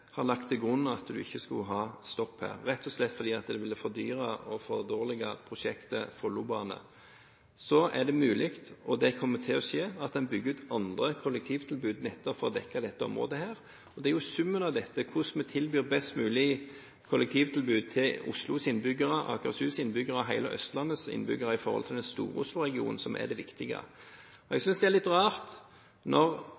har lagt til grunn at man ikke skulle ha et stopp der – rett og slett fordi det ville fordyre og forverre Follobaneprosjektet. Det er mulig – og det kommer til å skje – at man bygger ut andre kollektivtilbud, nettopp for å dekke dette området. Det er summen av dette, hvordan man tilbyr et best mulig kollektivtilbud til Oslos, Akershus' og hele Østlandets innbyggere i forhold til Stor-Oslo-regionen, som er det viktige. Jeg synes dette er litt rart: Når